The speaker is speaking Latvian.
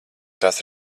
tās